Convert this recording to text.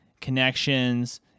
connections